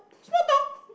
small dog